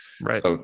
Right